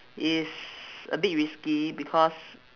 is a bit risky because